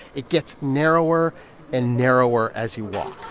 it gets narrower and narrower as you walk.